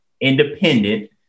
independent